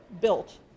built